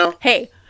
hey